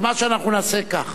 אנחנו נעשה כך: